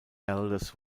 elders